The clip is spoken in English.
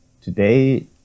today